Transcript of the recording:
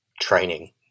training